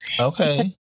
Okay